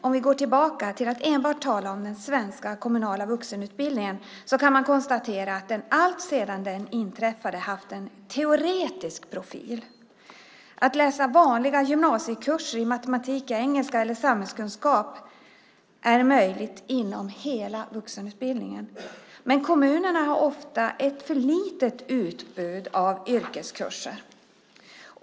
Om vi går tillbaka till att enbart tala om den svenska kommunala vuxenutbildningen kan man konstatera att den alltsedan den infördes haft en teoretisk profil. Att läsa vanliga gymnasiekurser i matematik och engelska eller samhällskunskap är möjligt inom hela vuxenutbildningen, men kommunerna har ofta ett för litet utbud av yrkeskurser.